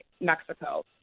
Mexico